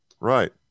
Right